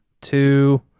two